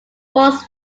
falls